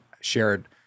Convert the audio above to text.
shared